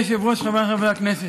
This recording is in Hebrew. גברתי היושבת-ראש, חבריי חברי הכנסת,